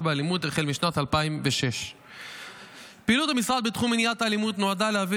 באלימות החל משנת 2006. פעילות המשרד בתחום מניעת האלימות נועדה להביא